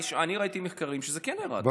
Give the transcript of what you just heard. אני ראיתי מחקרים שזה כן ירד,